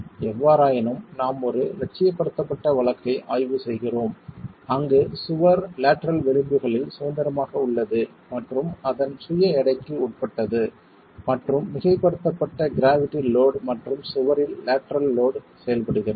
எவ்வாறாயினும் நாம் ஒரு இலட்சியப்படுத்தப்பட்ட வழக்கை ஆய்வு செய்கிறோம் அங்கு சுவர் லேட்டரல் விளிம்புகளில் சுதந்திரமாக உள்ளது மற்றும் அதன் சுய எடைக்கு உட்பட்டது மற்றும் மிகைப்படுத்தப்பட்ட க்ராவிட்டி லோட் மற்றும் சுவரில் லேட்டரல் லோட் செயல்படுகிறது